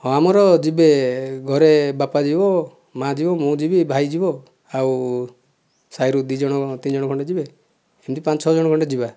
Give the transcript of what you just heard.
ହଁ ଆମର ଯିବେ ଘରେ ବାପା ଯିବ ମା ଯିବ ମୁଁ ଯିବି ଭାଇ ଯିବ ଆଉ ସାହିରୁ ଦୁଇ ଜଣ ତିନି ଜଣ ଖଣ୍ଡେ ଯିବେ ଏମିତି ପାଞ୍ଚ ଛ ଜଣ ଖଣ୍ଡେ ଯିବା